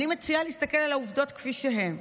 אני מציעה להסתכל על העובדות כפי שהן: